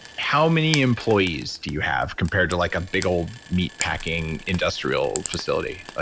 how many employees do you have compared to like a big old meat packing industrial facility? ah